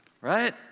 right